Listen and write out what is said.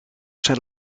zijn